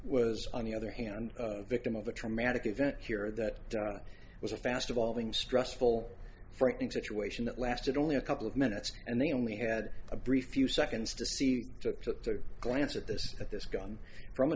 was on the other hand victim of the traumatic event here that it was a fast evolving stressful frightening situation that lasted only a couple of minutes and they only had a brief few seconds to see it took to glance at this at this gun from a